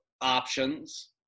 options